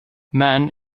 man